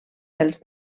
pels